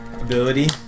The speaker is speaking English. ability